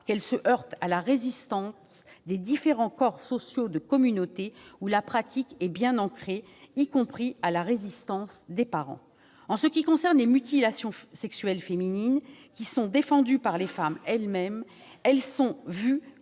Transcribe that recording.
qu'elles se heurtent à la résistance des différents corps sociaux des communautés, où la pratique est bien ancrée, ainsi qu'à celle des parents. En ce qui concerne les mutilations sexuelles féminines défendues par les femmes elles-mêmes, elles sont vues